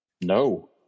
No